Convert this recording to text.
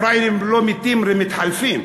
פראיירים לא מתים רק מתחלפים,